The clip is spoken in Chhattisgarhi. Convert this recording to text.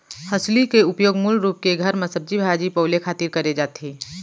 हँसुली के उपयोग मूल रूप के घर म सब्जी भाजी पउले खातिर करे जाथे